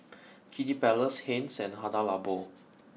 Kiddy Palace Heinz and Hada Labo